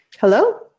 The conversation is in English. Hello